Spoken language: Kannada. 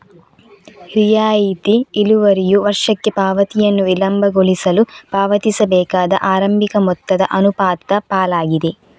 ರಿಯಾಯಿತಿ ಇಳುವರಿಯು ವರ್ಷಕ್ಕೆ ಪಾವತಿಯನ್ನು ವಿಳಂಬಗೊಳಿಸಲು ಪಾವತಿಸಬೇಕಾದ ಆರಂಭಿಕ ಮೊತ್ತದ ಅನುಪಾತದ ಪಾಲಾಗಿದೆ